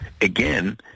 again